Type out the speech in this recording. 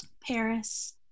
paris